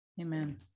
Amen